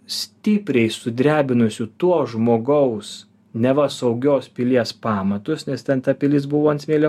stipriai sudrebinusių tuo žmogaus neva saugios pilies pamatus nes ten ta pilis buvo ant smėlio